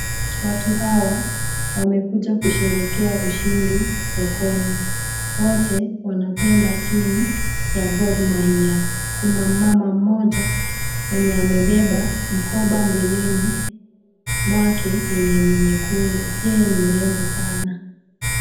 Watu hawa wamekuja kusherehekea ushindi sokoni. Wote wanapenda timu ya Gor Mahia. Kuna mmama mmoja mwenye amebeba mkoba mbeleni mwake yenye ni nyekundu. Yeye ni mrembo sana.